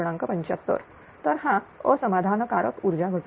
75 तर हा असमाधान कारक ऊर्जा घटक आहे